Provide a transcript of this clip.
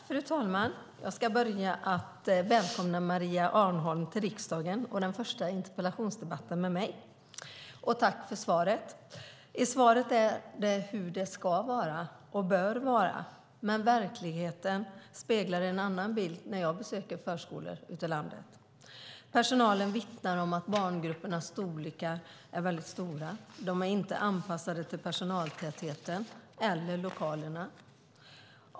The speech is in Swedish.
Fru talman! Jag ska börja med att välkomna Maria Arnholm till riksdagen och den första interpellationsdebatten med mig. Och tack för svaret! I svaret anges hur det ska och bör vara. Men verkligheten ger en annan bild, när jag besöker förskolor ute i landet. Personalen vittnar om att barngrupperna är mycket stora. De är inte anpassade till personaltätheten eller till lokalerna.